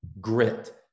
grit